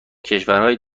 کشورای